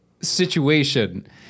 situation